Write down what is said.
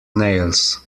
nails